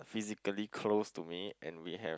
physically close to me and we have